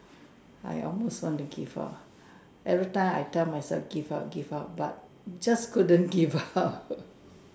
I almost want to give up every time I tell myself give up give up but just couldn't give up